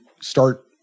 start